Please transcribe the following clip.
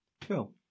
Cool